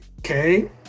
Okay